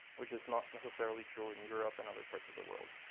which is not necessarily true in europe and other parts of the world.